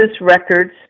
records